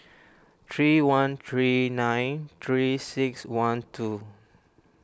three one three nine three six one two